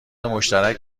مشترک